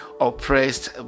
oppressed